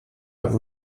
hat